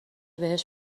بهش